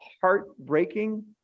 heartbreaking